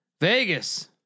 Vegas